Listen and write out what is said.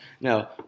No